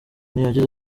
yagize